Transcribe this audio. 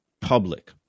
public